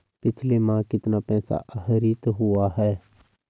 पिछले माह कितना पैसा आहरित हुआ है?